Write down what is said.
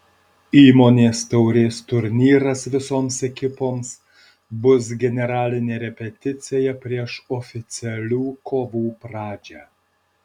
įmonės taurės turnyras visoms ekipoms bus generalinė repeticija prieš oficialių kovų pradžią